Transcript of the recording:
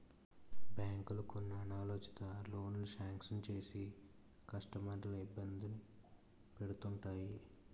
బ్యాంకులు కొన్ని అనాలోచిత లోనులు శాంక్షన్ చేసి కస్టమర్లను ఇబ్బంది పెడుతుంటాయి